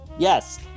Yes